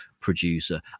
producer